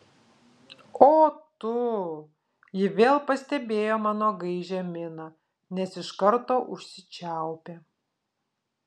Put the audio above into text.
o tu ji vėl pastebėjo mano gaižią miną nes iš karto užsičiaupė